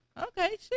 okay